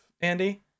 andy